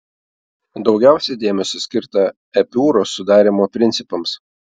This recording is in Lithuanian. daugiausia dėmesio skirta epiūros sudarymo principams